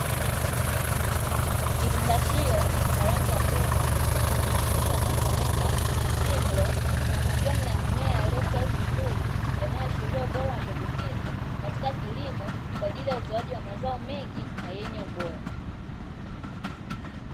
Kifungashio cha rangi ya fedha chennye maandishi yanayosomeka ''simlaw'' na majani ya mimea yaliyostawi vizuri, yanayoashiria ubora wa mbegu hizi katika kilimo kwa ajili ya utoaji wa mazao mengi na yenye ubora.